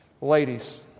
Ladies